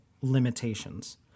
limitations